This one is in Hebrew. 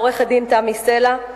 עורכת-דין תמי סלע,